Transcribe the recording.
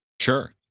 Sure